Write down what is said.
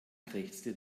krächzte